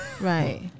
Right